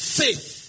faith